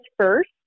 first